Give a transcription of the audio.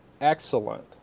excellent